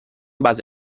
base